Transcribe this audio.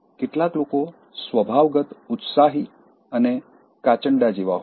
કેટલાક લોકો સ્વભાવગત ઉત્સાહી અને કાચંડા જેવા હોય છે